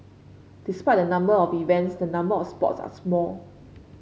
despite the number of events the number of sports are small